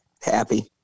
Happy